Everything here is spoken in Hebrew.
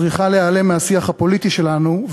צריכה להיעלם מהשיח הפוליטי שלנו,